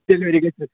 delivery گٔژھِتھ